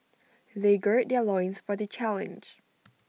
they gird their loins for the challenge